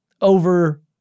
over